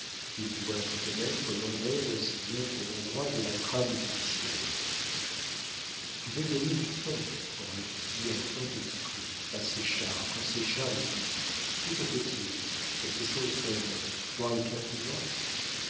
ils doivent connaître l'envers aussi bien que l'endroit de la trame judiciaire tu veux gagner du temps répondit enfin petit claud à séchard quand séchard eut fini que te faut-il quelque chose comme trois ou quatre mois